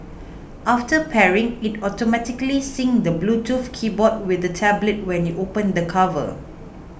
after pairing it automatically syncs the Bluetooth keyboard with the tablet when you open the cover